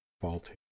faulty